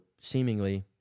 seemingly